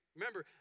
Remember